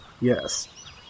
yes